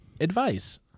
Advice